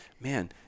man